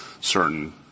certain